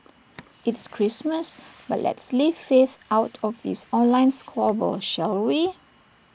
it's Christmas but let's leave faith out of this online squabble shall we